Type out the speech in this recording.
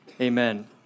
amen